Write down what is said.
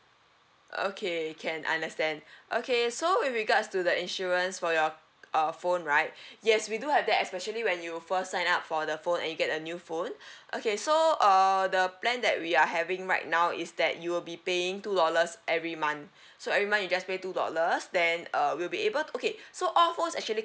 okay can understand okay so with regards to the insurance for your uh phone right yes we do have that especially when you first sign up for the phone and you get a new phone okay so uh the plan that we are having right now is that you'll be paying two dollars every month so every month you just pay two dollars then uh we'll be able okay so all phones actually